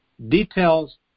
details